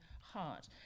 heart